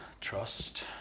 trust